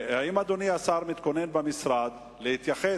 האם אדוני השר מתכונן במשרד להתייחס?